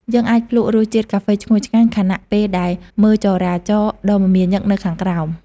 យើងអាចភ្លក្សរសជាតិកាហ្វេឈ្ងុយឆ្ងាញ់ ខណៈពេលដែលមើលចរាចរណ៍ដ៏មមាញឹកនៅខាងក្រោម។